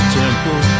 temple